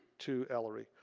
to ellery,